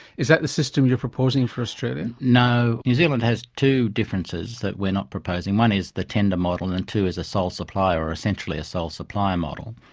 is that the system you're proposing for australia? and no. new zealand has two differences that we are not proposing one is the tender model, and two is a sole supplier or essentially a sole supplier model.